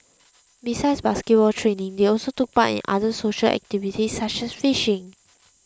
besides basketball training they also took part in other social activities such as fishing